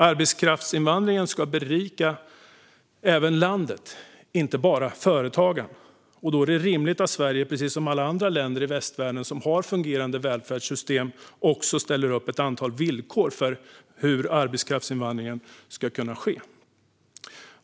Arbetskraftsinvandringen ska berika även landet, inte bara företagen, och då är det rimligt att Sverige, precis som alla andra länder i västvärlden som har fungerande välfärdssystem, ställer upp ett antal villkor för hur arbetskraftsinvandring ska ske.